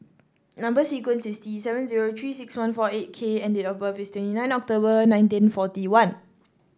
number sequence is T seven zero Three six one four eight K and date of birth is twenty nine October nineteen forty one